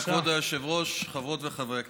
כבוד היושב-ראש, חברות וחברי הכנסת,